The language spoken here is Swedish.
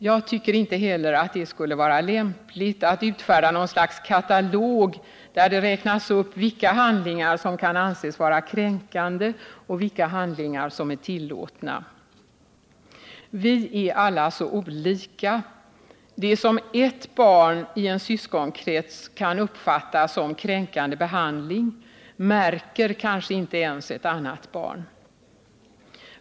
Jag tycker inte heller att det skulle vara lämpligt att utfärda något slags katalog där det räknas upp vilka handlingar som kan anses vara kränkande och vilka handlingar som är tillåtna. Viär alla så olika. Det som ett barn i en syskonkrets kan uppfatta som kränkande behandling kanske ett annat barn inte ens märker.